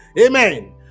Amen